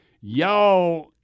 y'all